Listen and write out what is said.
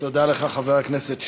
תודה לך, חבר הכנסת שי.